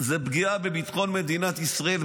זו פגיעה בביטחון מדינת ישראל,